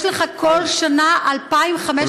יש לך כל שנה 2,500 נהגים.